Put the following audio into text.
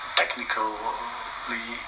technically